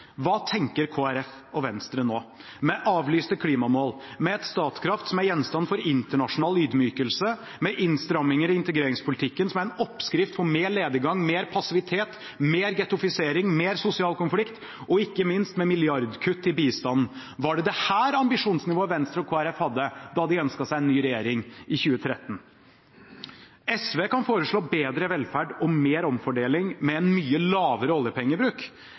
Hva tenker Kristelig Folkeparti og Venstre nå? Avlyste klimamål, et Statkraft som er gjenstand for internasjonal ydmykelse, innstramminger i integreringspolitikken, som er en oppskrift på mer lediggang og mer passivitet, mer ghettofisering, mer sosial konflikt og ikke minst milliardkutt i bistanden – var det dette ambisjonsnivået Kristelig Folkeparti og Venstre hadde da de ønsket seg ny regjering i 2013? SV kan foreslå bedre velferd og mer omfordeling med en mye lavere oljepengebruk.